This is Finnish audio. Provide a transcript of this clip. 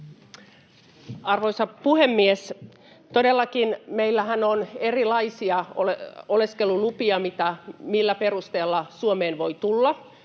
Arvoisa puhemies! Todellakin meillähän on erilaisia oleskelulupia, millä perusteella Suomeen voi tulla: